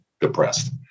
depressed